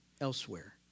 elsewhere